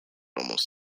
almost